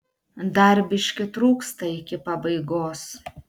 dar biškį trūksta iki pabaigos